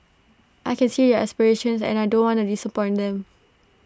I can see their aspirations and I don't want disappoint them